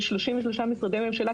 ו- 33 משרדי ממשלה,